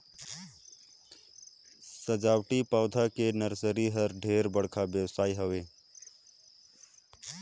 सजावटी पउधा के नरसरी ह ढेरे बड़का बेवसाय हवे